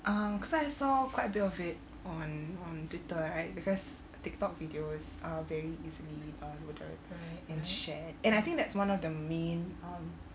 um because I saw quite a bit of it on on twitter right because tiktok videos are very easily uh loaded and shared and I think that's one of the main um